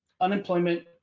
unemployment